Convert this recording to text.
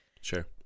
Sure